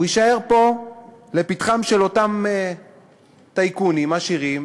הוא יישאר פה לפתחם של אותם טייקונים עשירים,